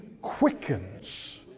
quickens